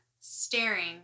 staring